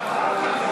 נגד?